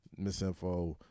Misinfo